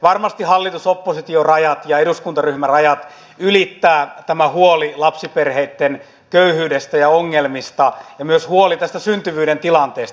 varmasti hallitusoppositio rajat ja eduskuntaryhmärajat ylittää tämä huoli lapsiperheitten köyhyydestä ja ongelmista ja myös huoli syntyvyyden tilanteesta